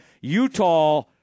Utah